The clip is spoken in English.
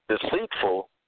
deceitful